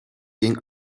ging